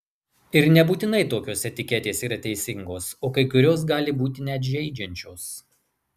ir nebūtinai tokios etiketės yra teisingos o kai kurios gali būti net žeidžiančios